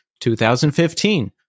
2015